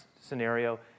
scenario